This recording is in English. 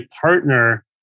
partner